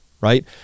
right